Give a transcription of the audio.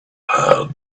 had